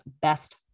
best